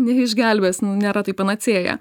neišgelbės nėra tai panacėja